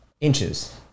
inches